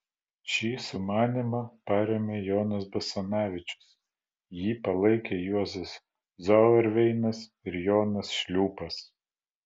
šį sumanymą parėmė jonas basanavičius jį palaikė juozas zauerveinas ir jonas šliūpas